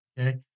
Okay